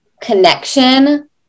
connection